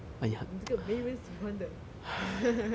你这个没人喜欢的